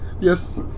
Yes